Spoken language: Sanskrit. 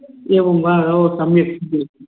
एवं वा ओ सम्यक् इति